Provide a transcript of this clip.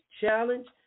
challenge